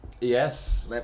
Yes